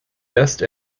dust